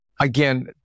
again